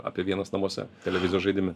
apie vienas namuose televizijos žaidime